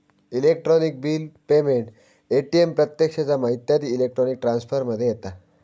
electronic bill payment, ATM प्रत्यक्ष जमा इत्यादी इलेक्ट्रॉनिक ट्रांसफर मध्ये येता